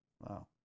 wow